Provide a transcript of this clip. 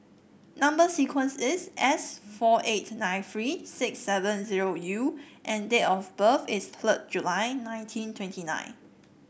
number sequence is S four eight nine three six seven zero U and date of birth is third July nineteen twenty nine